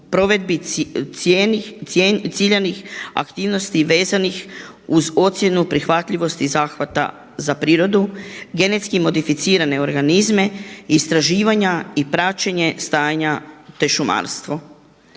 provedbi ciljanih aktivnosti vezanih uz ocjenu prihvatljivosti i zahvata za prirodu, genetski modificirane organizme, istraživanja i praćenje stanja te šumarstvo.